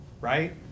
right